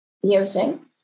using